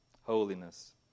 holiness